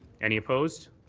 any opposed?